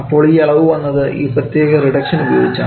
അപ്പോൾ ഈ അളവ് വന്നത് ഈ പ്രത്യേകത റിഡക്ഷൻ ഉപയോഗിച്ചാണ്